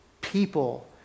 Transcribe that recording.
people